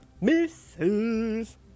misses